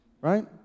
right